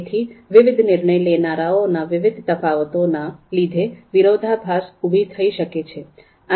તેથી વિવિધ નિર્ણય લેનારાઓના વિવિધ તફાવતો ના લીધે વિરોધાભાસ ઉભા થઇ શકે છે